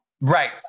Right